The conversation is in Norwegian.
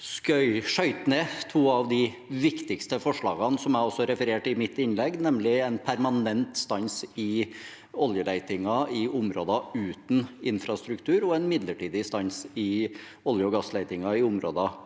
og skjøt ned to av de viktigste forslagene, som jeg også refererte til i mitt innlegg, nemlig en permanent stans i oljeletingen i områder uten infrastruktur og en midlertidig stans i olje- og gassletingen i områder